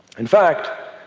in fact,